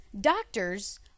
doctors